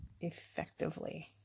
effectively